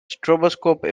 stroboscope